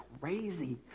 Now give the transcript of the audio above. crazy